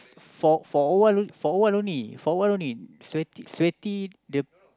for for a while for a while only for a while only sweaty sweaty the